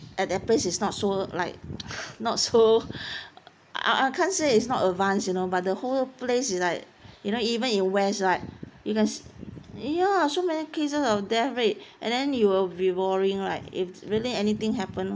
at their place it's not so like not so I I can't say it's not advance you know but the whole place is like you know even in west right because ya so many cases of death rate and then you will be worrying like it's really anything happen oh